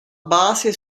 base